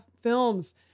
films